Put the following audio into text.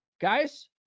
guys